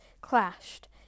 clashed